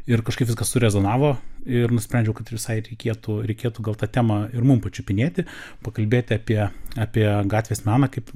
ir kažkaip viskas surezonavo ir nusprendžiau kad visai reikėtų reikėtų gal tą temą ir mum pačiupinėti pakalbėti apie apie gatvės meną kaip